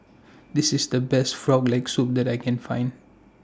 This IS The Best Frog Leg Soup that I Can Find